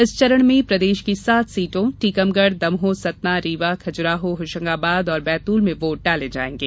इस चरण में प्रदेश की सात सीटों टीकमगढ़ दमोह सतना रीवा खजुराहो होशंगाबाद और बैतूल में वोट डाले जायेंगे